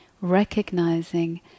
Recognizing